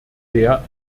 der